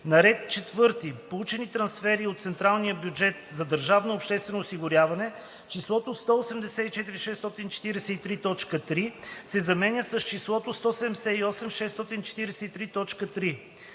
На ред „4. Получени трансфери от централния бюджет за държавното обществено осигуряване“ числото „184 643,3“ се заменя с числото „178 643,3“.